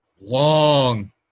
long